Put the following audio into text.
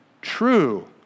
true